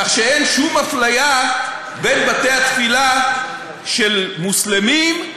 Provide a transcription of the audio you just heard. כך שאין שום אפליה בין בתי-התפילה של מוסלמים,